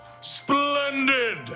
splendid